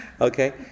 Okay